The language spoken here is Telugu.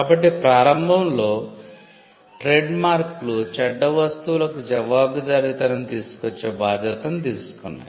కాబట్టి ప్రారంభంలో ట్రేడ్మార్క్లు 'చెడ్డ వస్తువులకు' జవాబుదారీతనం తీసుకువచ్చే బాధ్యతను తీసుకున్నాయి